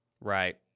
Right